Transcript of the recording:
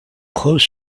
close